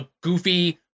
goofy